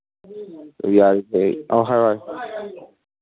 ꯌꯥꯏ ꯑꯧ ꯍꯥꯏꯌꯣ ꯍꯥꯏꯌꯣ